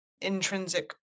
intrinsic